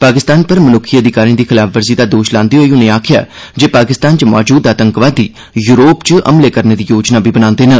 पाकिस्तान पर मनुक्खी अधिकारें दी खलाफवर्जी दा दोष लांदे होई उनें आक्खेया जे पाकिस्तान च मौजूद आतंकवादी यूरोप च हमले करने दी योजना बी बनांदे न